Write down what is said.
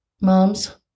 Moms